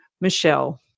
Michelle